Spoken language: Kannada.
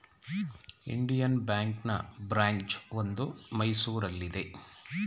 ಇಂಡಿಯನ್ ಬ್ಯಾಂಕ್ನ ಬ್ರಾಂಚ್ ಒಂದು ಮೈಸೂರಲ್ಲಿದೆ